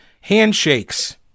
Handshakes